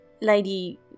Lady